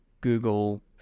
Google